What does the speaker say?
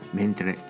mentre